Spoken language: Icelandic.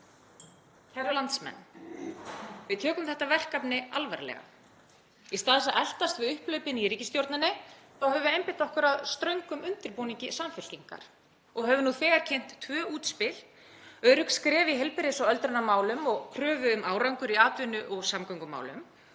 Kæru landsmenn. Við tökum þetta verkefni alvarlega. Í stað þess að eltast við upphlaupin í ríkisstjórninni þá höfum við einbeitt okkur að ströngum undirbúningi Samfylkingar og höfum nú þegar kynnt tvö stór útspil: Örugg skref í heilbrigðis- og öldrunarmálum og svo kröfu um árangur í atvinnu- og samgöngumálum.